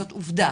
זאת עובדה,